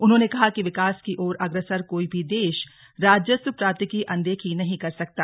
उन्होंने कहा कि विकास की ओर अग्रसर कोई भी देश राजस्व प्राप्ति की अनदेखी नहीं कर सकता